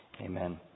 amen